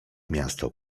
miasto